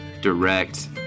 direct